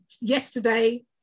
yesterday